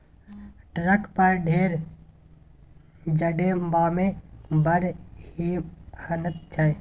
truck पर ढेंग चढ़ेबामे बड़ मिहनत छै